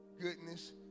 goodness